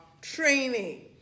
training